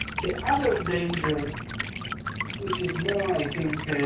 the other danger which is more, i think,